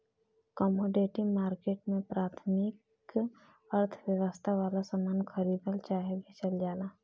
commodity market में प्राथमिक अर्थव्यवस्था वाला सामान खरीदल चाहे बेचल जाला